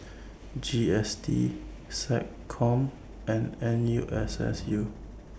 G S T Seccom and N U S S U